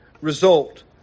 result